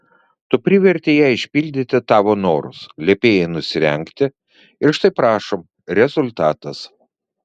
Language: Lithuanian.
tu privertei ją išpildyti tavo norus liepei jai nusirengti ir štai prašom rezultatas